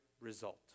result